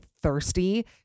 thirsty